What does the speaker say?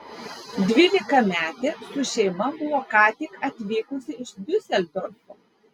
dvylikametė su šeima buvo ką tik atvykusi iš diuseldorfo